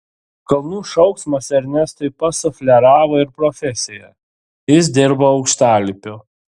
kalnų šauksmas ernestui pasufleravo ir profesiją jis dirbo aukštalipiu